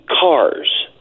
cars